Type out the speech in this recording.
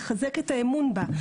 מחזקת את האמון בה,